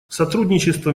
сотрудничество